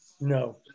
no